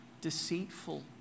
deceitful